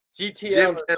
gtl